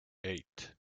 eight